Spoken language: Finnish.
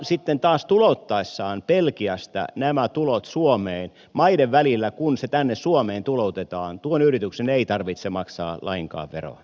sitten taas tulouttaessaan belgiasta nämä tulot suomeen maiden välillä kun se tänne suomeen tuloutetaan tuon yrityksen ei tarvitse maksaa lainkaan veroa